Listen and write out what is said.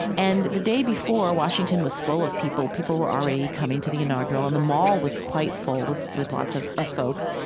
and the day before, washington was full of people. people were already coming to the inaugural and the mall was quite full with with lots of of folks,